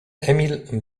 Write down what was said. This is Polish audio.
emil